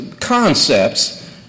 concepts